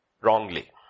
wrongly